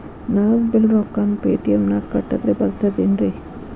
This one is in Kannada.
ನಳದ್ ಬಿಲ್ ರೊಕ್ಕನಾ ಪೇಟಿಎಂ ನಾಗ ಕಟ್ಟದ್ರೆ ಬರ್ತಾದೇನ್ರಿ?